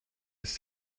ist